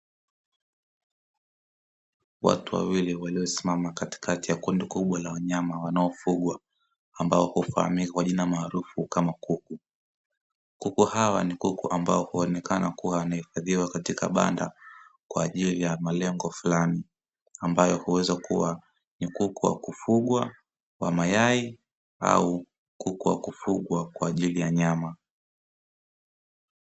Watu wawili waliosimama katikati ya kundi kubwa la wanyama wanaofugwa, ambao hufahamika kwa jina maarufu kama kuku. Kuku hawa ni kuku ambao huonekana kuwa wanahifadhiwa katika banda kwa ajili ya malengo fulani, ambayo huweza kuwa ni kuku wa kufugwa wa mayai au kuku wa kufugwa kwa ajili ya nyama.